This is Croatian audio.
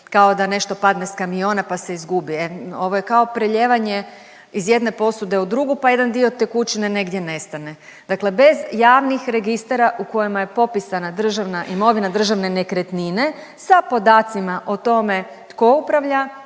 kao da nešto padne sa kamiona, pa se izgubi. Ovo je kao prelijevanje iz jedne posude u drugu, pa jedan dio tekućine negdje nestane. Dakle, bez javnih registara u kojima je popisana državna imovina, državne nekretnine sa podacima o tome tko upravlja,